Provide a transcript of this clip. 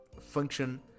function